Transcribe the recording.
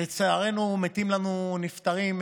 לצערנו נפטרים,